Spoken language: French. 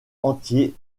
entier